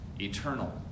eternal